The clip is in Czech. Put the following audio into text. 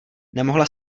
nemohla